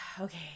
okay